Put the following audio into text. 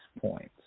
points